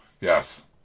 Yes